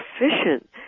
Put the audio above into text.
efficient